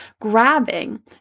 grabbing